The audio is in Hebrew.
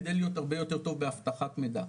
כדי להיות הרבה יותר טוב באבטחת מידע.